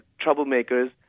troublemakers